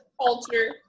culture